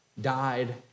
died